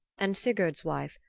and sigurd's wife,